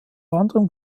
anderem